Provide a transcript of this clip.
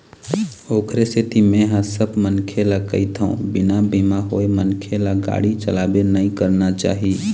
ओखरे सेती मेंहा सब मनखे ल कहिथव बिना बीमा होय मनखे ल गाड़ी चलाबे नइ करना चाही